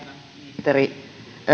ministeri